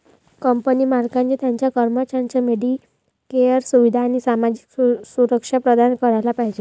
company मालकाने त्याच्या कर्मचाऱ्यांना मेडिकेअर सुविधा आणि सामाजिक सुरक्षा प्रदान करायला पाहिजे